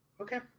Okay